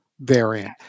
variant